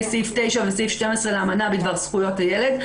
סעיף 9 וסעיף 12 לאמנה בדבר זכויות הילד,